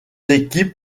équipes